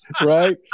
right